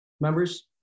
members